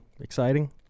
exciting